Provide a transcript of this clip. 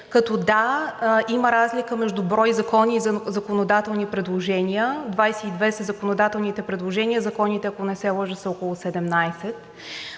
Като, да, има разлика между брой закони и законодателни предложения, 22 са законодателните предложения, законите, ако не се лъжа, са около 17.